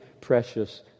precious